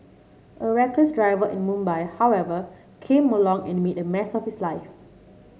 a reckless driver in Mumbai however came along and made a mess of his life